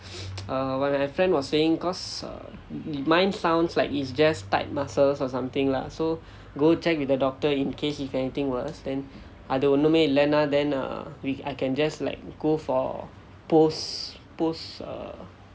err what my friend was saying cause err mine sounds like it's just tight muscles or something lah so go check with the doctor in case if anything worse then அது ஒண்ணுமே இல்லைனா:athu onnume illainaa then err I can just like go for post post err